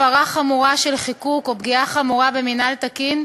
הפרה חמורה של חיקוק או פגיעה חמורה במינהל תקין,